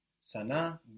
Sana